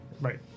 Right